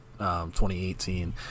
2018